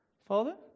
Father